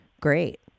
great